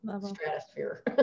Stratosphere